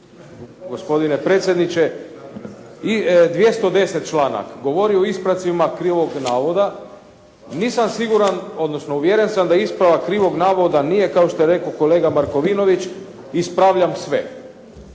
Gospodine predsjedniče i 210. članak govori o ispravcima krivog navoda. Nisam siguran, odnosno uvjeren sam da ispravak krivog navoda nije kao što je rekao kolega Markovinović ispravljam sve.